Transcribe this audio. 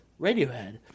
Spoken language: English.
Radiohead